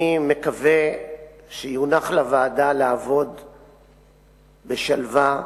אני מקווה שיונח לוועדה לעבוד בשלווה.